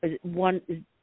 one